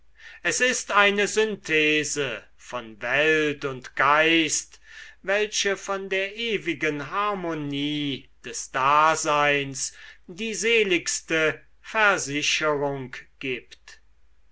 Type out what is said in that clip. es ist eine synthese von welt und geist welche von der ewigen harmonie des daseins die seligste versicherung gibt